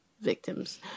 victims